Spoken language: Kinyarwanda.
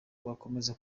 bakomeza